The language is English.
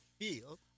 feel